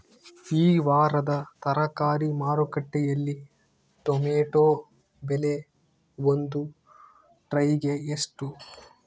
ಈ ವಾರದ ತರಕಾರಿ ಮಾರುಕಟ್ಟೆಯಲ್ಲಿ ಟೊಮೆಟೊ ಬೆಲೆ ಒಂದು ಟ್ರೈ ಗೆ ಎಷ್ಟು?